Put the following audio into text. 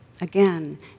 Again